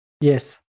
Yes